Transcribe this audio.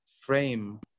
frame